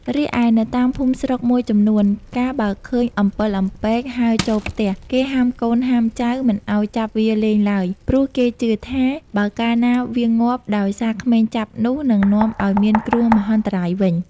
រីឯនៅតាមភូមិស្រុកមួយចំនួន កាលបើឃើញអំពិលអំពែកហើរចូលផ្ទះ គេហាមកូនហាមចៅមិនឱ្យចាប់វាលេងឡើយ ព្រោះគេជឿថា បើកាលណាវាងាប់ដោយសារក្មេងចាប់នោះ នឹងនាំឱ្យមានគ្រោះមហន្តរាយវិញ។